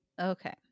Okay